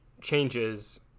changes